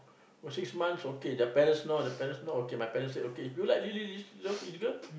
six months okay the parents know the parents know okay my parents said okay if you like this do you really love this girl